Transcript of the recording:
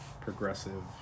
progressive